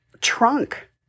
trunk